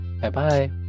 Bye-bye